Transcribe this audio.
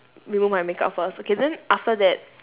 remove my makeup first okay then after that